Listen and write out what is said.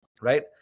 right